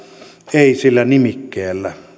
ei sillä nimikkeellä